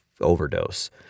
overdose